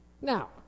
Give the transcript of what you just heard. Now